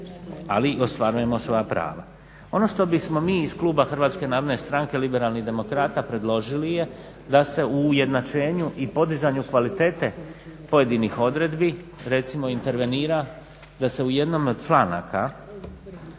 ali ostvarujemo i svoja prava. Ono što bismo mi iz kluba Hrvatske narodne stranke – Liberalnih demokrata predložili je da se u ujednačenju i podizanju kvalitete pojedinih odredbi recimo intervenira da se u jednom od članaka